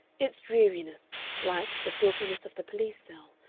its dreariness, like the filthiness of the police cell,